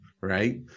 Right